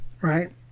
right